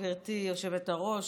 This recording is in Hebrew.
גברתי היושבת-ראש,